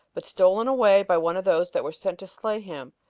but stolen away by one of those that were sent to slay him,